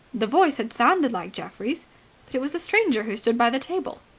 the voice had sounded like geoffrey's. but it was a stranger who stood by the table.